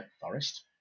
forest